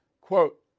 Quote